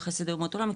חסידי אומות עולם,